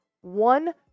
one